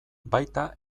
baita